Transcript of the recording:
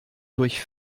durch